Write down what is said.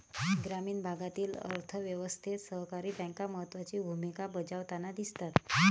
ग्रामीण भागातील अर्थ व्यवस्थेत सहकारी बँका महत्त्वाची भूमिका बजावताना दिसतात